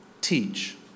teach